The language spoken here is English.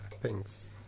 thanks